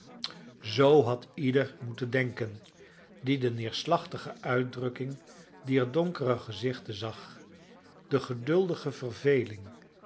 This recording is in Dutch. zoo had ieder moeten denken die de neerslachtige uitdrukking dier donkere gezichten zag de geduldige verveling